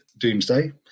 doomsday